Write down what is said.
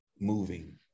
moving